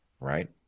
Right